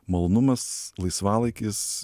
malonumas laisvalaikis